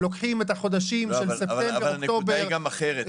אם הנתון של דצמבר האחרון שפרסם הלמ"ס